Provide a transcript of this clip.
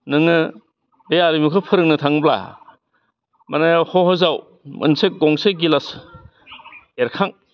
नोङो बे आरिमुखौ फोरोंनो थाङोब्ला मानि हहसाव मोनसे गंसे गिलास एरखां